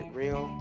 real